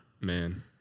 Man